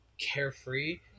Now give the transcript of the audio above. carefree